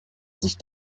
sich